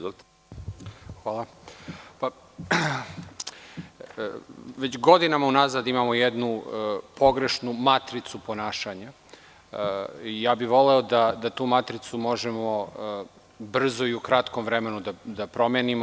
Već godinama unazad imamo jednu pogrešnu matricu ponašanja i voleo bih da tu matricu možemo brzo i u kratkom vremenu da promenimo.